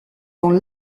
dans